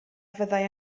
fyddai